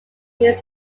his